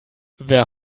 wer